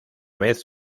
vez